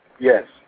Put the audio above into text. Yes